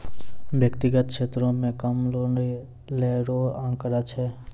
व्यक्तिगत क्षेत्रो म कम लोन लै रो आंकड़ा छै